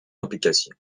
implication